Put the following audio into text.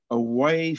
away